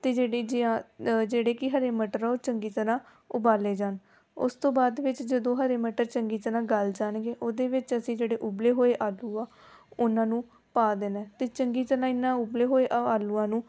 ਅਤੇ ਜਿਹੜੀ ਜਿਆ ਜਿਹੜੇ ਕਿ ਹਰੇ ਮਟਰ ਉਹ ਚੰਗੀ ਤਰ੍ਹਾਂ ਉਬਾਲੇ ਜਾਣ ਉਸ ਤੋਂ ਬਾਅਦ ਵਿੱਚ ਜਦੋਂ ਹਰੇ ਮਟਰ ਚੰਗੀ ਤਰ੍ਹਾਂ ਗਲ ਜਾਣਗੇ ਉਹਦੇ ਵਿੱਚ ਅਸੀਂ ਜਿਹੜੇ ਉਬਲੇ ਹੋਏ ਆਲੂ ਆ ਉਹਨਾਂ ਨੂੰ ਪਾ ਦੇਣਾ ਅਤੇ ਚੰਗੀ ਤਰ੍ਹਾਂ ਇਹਨਾਂ ਉਬਲੇ ਹੋਏ ਆਲੂਆਂ ਨੂੰ